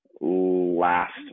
last